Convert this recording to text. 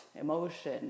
emotion